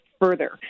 further